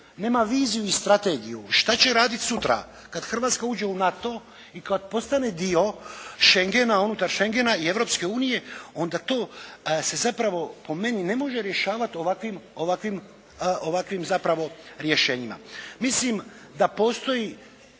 nema viziju i strategiju šta će raditi sutra kad Hrvatska uđe u NATO i kad postane dio Schengena, unutar Schengena i Europske unije onda to se zapravo po meni ne može rješavati ovakvim zapravo rješenjima. Mislim da postoji